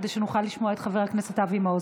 כדי שנוכל לשמוע את חבר הכנסת אבי מעוז.